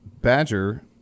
badger